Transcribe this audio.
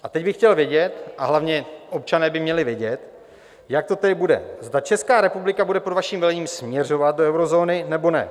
A teď bych chtěl vědět a hlavně občané by měli vědět jak to tedy bude, zda Česká republika bude pod vaším vedením směřovat do eurozóny, nebo ne.